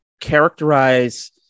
characterize